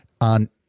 on